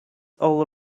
all